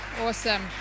awesome